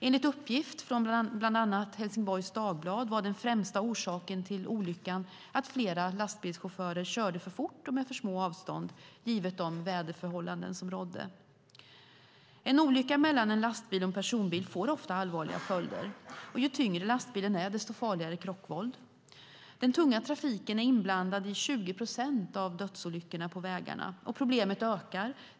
Enligt uppgift från bland andra Helsingborgs Dagblad var den främsta orsaken till olyckan att flera lastbilschaufförer körde för fort och med för små avstånd givet de väderförhållanden som rådde. En olycka mellan en lastbil och en personbil får ofta allvarliga följder. Ju tyngre lastbilen är, desto farligare krockvåld. Den tunga trafiken är inblandad i 20 procent av dödsolyckorna på vägarna, och problemet ökar.